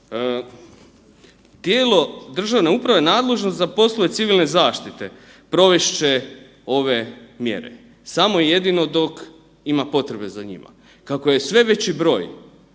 Tijelo državne uprave nadležno za poslove civilne zaštite provest će ove mjere, samo jedino dok ima potrebe za njima. Kako je sve veći broj